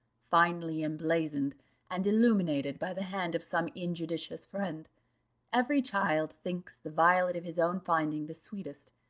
finely emblazoned and illuminated by the hand of some injudicious friend every child thinks the violet of his own finding the sweetest.